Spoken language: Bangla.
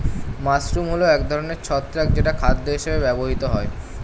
মাশরুম হল এক ধরনের ছত্রাক যেটা খাদ্য হিসেবে ব্যবহৃত হয়